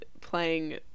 playing